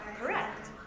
Correct